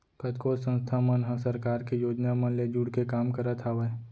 कतको संस्था मन ह सरकार के योजना मन ले जुड़के काम करत हावय